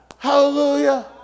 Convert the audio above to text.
Hallelujah